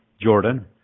Jordan